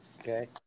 Okay